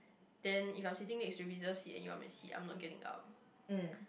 then if I'm sitting next to reserved seat and you want my seat I'm not getting up